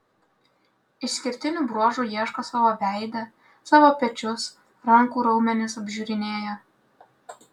išskirtinių bruožų ieško savo veide savo pečius rankų raumenis apžiūrinėja